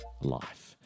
life